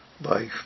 life